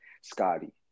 Scotty